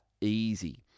easy